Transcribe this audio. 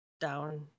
down